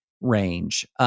range